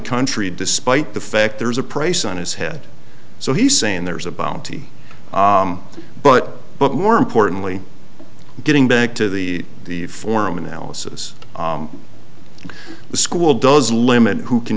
country despite the fact there's a price on his head so he's saying there's a bounty but but more importantly getting back to the the forum analysis the school does limit who can